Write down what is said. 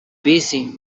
busy